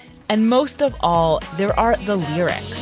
and most of all, there are the lyrics